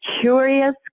curious